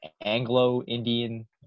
Anglo-Indian